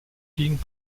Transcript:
ging